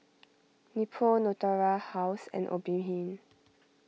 Nepro Natura House and Obimin